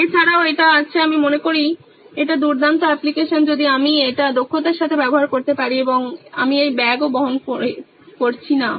এছাড়াও এটি আছে আমি মনে করি এটি দুর্দান্ত অ্যাপ্লিকেশন যদি আমি এটি দক্ষতার সাথে ব্যবহার করতে পারি এবং আমি এই ব্যাগও বহন করছিনা